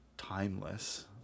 timeless